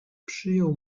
przyjął